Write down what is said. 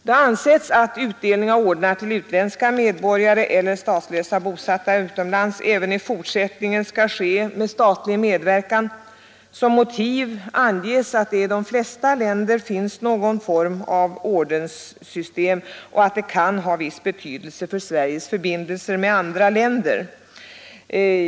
Det har ansetts att utdelning av ordnar till utländska medborgare eller statslösa, bosatta utomlands, även i fortsättningen skall ske med statlig medverkan. Som motiv anges att det i de flesta länder finns någon form av ordenssystem och att det kan ha viss betydelse för Sveriges förbindelser med andra länder.